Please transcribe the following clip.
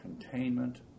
containment